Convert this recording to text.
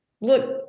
look